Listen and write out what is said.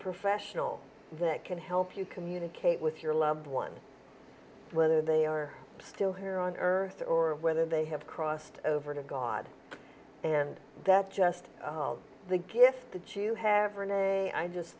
professional that can help you communicate with your loved one whether they are still here on earth or whether they have crossed over to god and that just the gift that you have